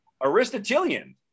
aristotelian